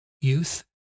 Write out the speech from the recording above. youth